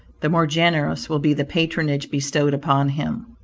the more generous will be the patronage bestowed upon him.